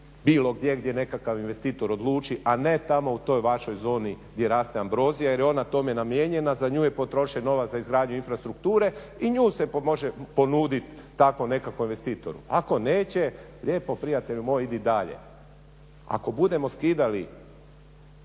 bilo gdje nekakav investitor odluči a ne tamo u toj vašoj zoni gdje raste ambrozija jer je ona tome namijenjena. Za nju je potrošen novac za izgradnju infrastrukture i nju se može ponuditi takvom nekakvom investitoru, ako neće lijepo prijatelju moj idi dalje. Ako budemo skidali